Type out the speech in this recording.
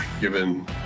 given